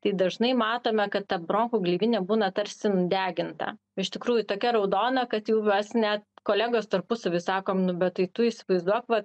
tai dažnai matome kad ta bronchų gleivinė būna tarsi nudeginta iš tikrųjų tokia raudona kad jau mes net kolegos tarpusavy sakom nu bet tai tu įsivaizduok va